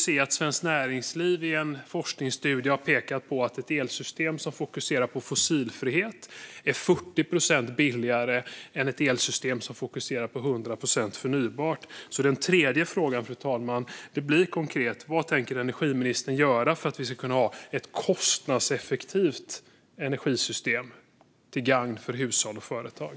Svenskt Näringsliv har i en forskningsstudie pekat på att ett elsystem som fokuserar på fossilfrihet är 40 procent billigare än ett elsystem som fokuserar på 100 procent förnybart. Vad tänker alltså energiministern göra för att vi ska kunna ha ett kostnadseffektivt energisystem, till gagn för hushåll och företag?